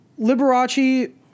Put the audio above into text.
Liberace